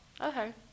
Okay